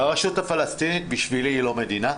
הרשות הפלסטינית בשבילי היא לא מדינה.